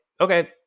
okay